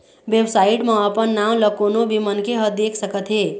website म अपन नांव ल कोनो भी मनखे ह देख सकत हे